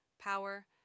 power